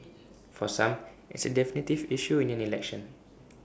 for some it's A definitive issue in an election